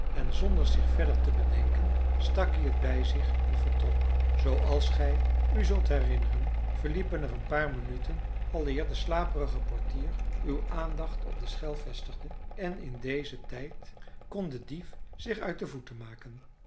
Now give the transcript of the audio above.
en zonder zich verder te bedenken stak hij het bij zich en vertrok zooals gij u zult herinneren verliepen er een paar minuten aleer de slaperige portier uw aandacht op de schel vestigde en in dezen tijd kon de dief zich uit de voeten maken